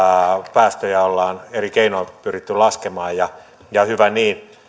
päästöjä ollaan eri keinoin pyritty laskemaan ja ja hyvä niin